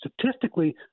statistically